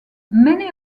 many